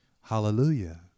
hallelujah